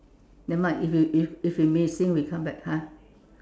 nevermind if you if if we missing we come back ha